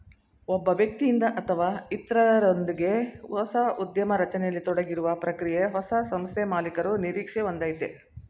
ಒಬ್ಬ ವ್ಯಕ್ತಿಯಿಂದ ಅಥವಾ ಇತ್ರರೊಂದ್ಗೆ ಹೊಸ ಉದ್ಯಮ ರಚನೆಯಲ್ಲಿ ತೊಡಗಿರುವ ಪ್ರಕ್ರಿಯೆ ಹೊಸ ಸಂಸ್ಥೆಮಾಲೀಕರು ನಿರೀಕ್ಷೆ ಒಂದಯೈತೆ